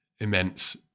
immense